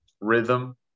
rhythm